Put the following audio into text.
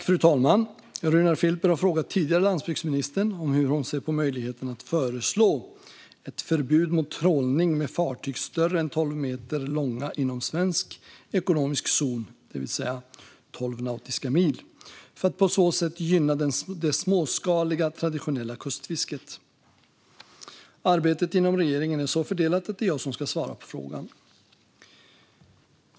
Fru talman! Runar Filper har frågat tidigare landsbygdsministern hur hon ser på möjligheten att föreslå ett förbud mot trålning med fartyg större än tolv meter långa inom svensk ekonomisk zon, det vill säga tolv nautiska mil, för att på så sätt gynna det småskaliga traditionella kustfisket. Arbetet inom regeringen är så fördelat att det är jag som ska svara på frågan.